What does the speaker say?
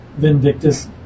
Vindictus